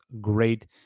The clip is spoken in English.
great